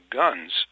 guns